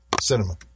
Cinema